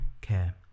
care